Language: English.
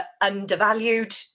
undervalued